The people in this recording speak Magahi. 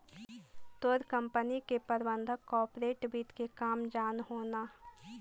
तोर कंपनी के प्रबंधक कॉर्पोरेट वित्त के काम जान हो न